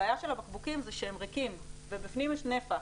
הבעיה של הבקבוקים זה שהם ריקים, ובפנים יש נפח,